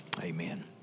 Amen